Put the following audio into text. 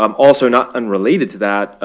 um also not unrelated to that,